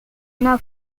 una